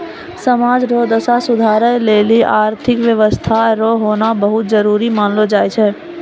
समाज रो दशा सुधारै लेली आर्थिक व्यवस्था रो होना बहुत जरूरी मानलौ जाय छै